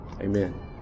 Amen